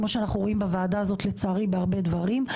כמו שאנחנו רואים בוועדה הזאת לצערי בהרבה דברים,